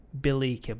Billy